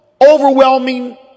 overwhelming